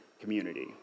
community